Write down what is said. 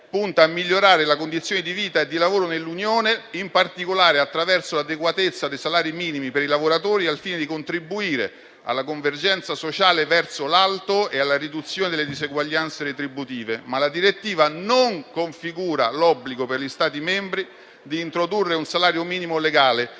punta a migliorare la condizione di vita e di lavoro nell'Unione, in particolare attraverso l'adeguatezza dei salari minimi per i lavoratori, al fine di contribuire alla convergenza sociale verso l'alto e alla riduzione delle diseguaglianze retributive. Ma la direttiva non configura l'obbligo per gli Stati membri di introdurre un salario minimo legale